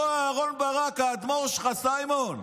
אותו אהרן ברק, האדמו"ר שלך, סימון,